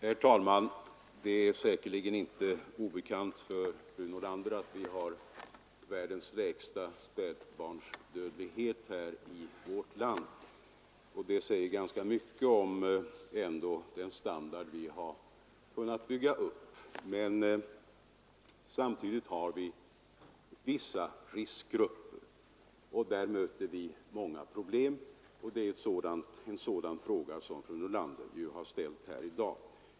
Herr talman! Det är säkerligen inte obekant för fru Nordlander att vi har världens lägsta spädbarnsdödlighet i vårt land, och det säger ganska mycket om den standard vi har kunnat bygga upp på sjukvårdsområdet. Men samtidigt har vi riskgrupper och där möter vi många problem. En sådan riskgrupp har fru Nordlander pekat på i sin fråga.